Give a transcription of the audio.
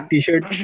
T-Shirt